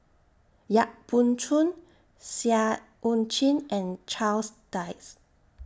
Yap Boon Chuan Seah EU Chin and Charles Dyce